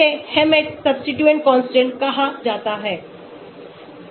इसे Hammett substituent Constant कहा जाता है